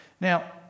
Now